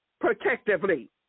protectively